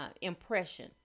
impression